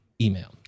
email